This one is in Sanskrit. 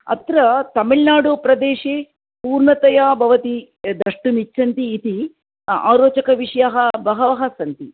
अत्र तमिळ्नाडु प्रदेशे पूर्णतया भवती यद् द्रष्टुमिच्छन्ती इति आरोचकविषयाः बहवः सन्ति